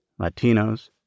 Latinos